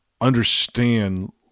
understand